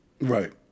Right